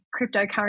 cryptocurrency